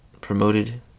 promoted